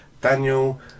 Daniel